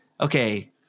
okay